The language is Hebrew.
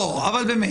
לא, אבל באמת.